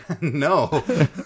No